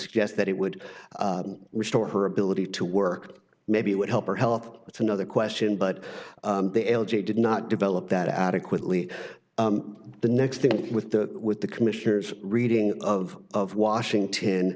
suggest that it would restore her ability to work maybe it would help her health that's another question but the l g a did not develop that adequately the next thing with the with the commissioner's reading of of washington